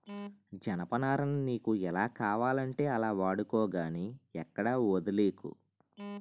జనపనారని నీకు ఎలా కావాలంటే అలా వాడుకో గానీ ఎక్కడా వొదిలీకు